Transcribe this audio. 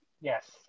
Yes